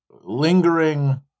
lingering